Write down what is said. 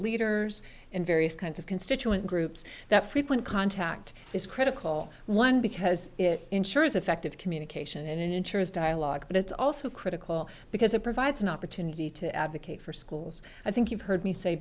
leaders in various kinds of constituent groups that frequent contact is critical one because it ensures effective communication and ensures dialogue but it's also critical because it provides an opportunity to advocate for schools i think you've heard me say